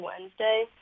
Wednesday